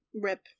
Rip